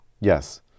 Yes